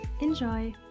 Enjoy